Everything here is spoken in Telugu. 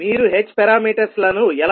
మీరు h పారామీటర్స్ లను ఎలా కనుగొంటారు